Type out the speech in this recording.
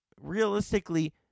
realistically